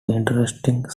interesting